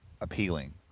appealing